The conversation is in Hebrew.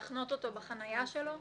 להחנות אותו בחניה שלו,